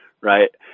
Right